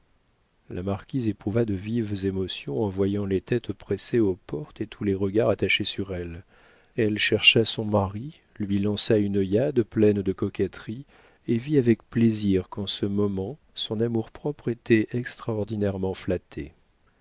la marquise éprouva de vives émotions en voyant les têtes pressées aux portes et tous les regards attachés sur elle elle chercha son mari lui lança une œillade pleine de coquetterie et vit avec plaisir qu'en ce moment son amour-propre était extraordinairement flatté